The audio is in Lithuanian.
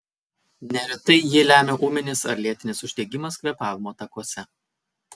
neretai jį lemia ūminis ar lėtinis uždegimas kvėpavimo takuose